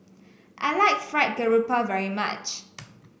I like Fried Garoupa very much